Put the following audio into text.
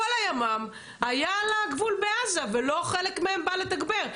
כל הימ"מ היה על הגבול בעזה ולא חלק מהם בא לתגבר?